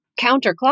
counterclockwise